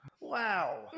wow